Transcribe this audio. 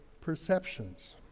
perceptions